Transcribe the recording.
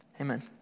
amen